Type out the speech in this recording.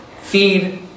feed